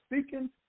speaking